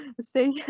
stay